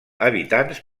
habitants